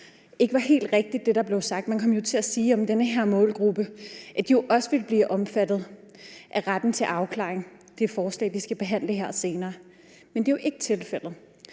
ikke var helt rigtigt. Man kom jo til at sige om den her målgruppe, at de også ville blive omfattet af retten til afklaring i forbindelse med det forslag, vi skal behandle her senere. Men det er jo ikke tilfældet.